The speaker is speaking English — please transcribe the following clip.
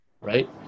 right